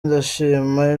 ndashima